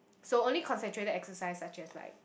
so only concentrated exercise such as like